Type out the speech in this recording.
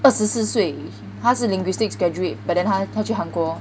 二十四岁他是 linguistics graduate but then 他他去韩国